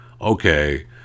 Okay